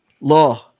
Law